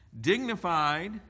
dignified